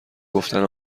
گفتن